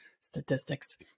statistics